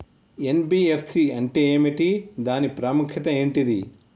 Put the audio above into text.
NBFC అంటే ఏమిటి దాని ప్రాముఖ్యత ఏంటిది?